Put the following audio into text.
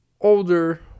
older